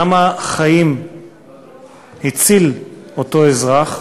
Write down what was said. כמה חיים הציל אותו אזרח,